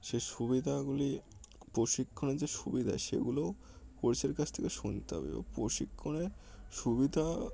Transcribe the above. সেই সুবিধাগুলি প্রশিক্ষণের যে সুবিধা সেগুলোও কোর্সের কাছ থেকে শুনতে হবে এবং প্রশিক্ষণের সুবিধা